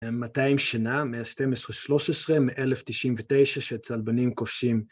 200 שנה, מאה 12-13, מ-1099 שהצלבנים כובשים